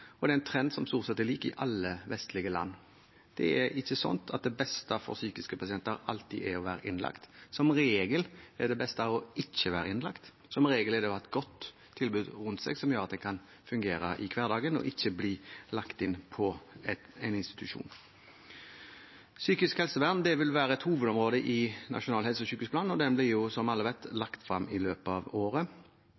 og det er en trend som stort sett er lik i alle vestlige land. Det er ikke slik at det beste for psykiatriske pasienter alltid er å være innlagt. Som regel er det beste å ikke være innlagt. Som regel er det beste å ha et godt tilbud rundt seg som gjør at en kan fungere i hverdagen og ikke bli lagt inn på institusjon. Psykisk helsevern vil være et hovedområde i Nasjonal helse- og sykehusplan, og den blir, som alle vet,